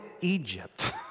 Egypt